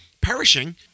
perishing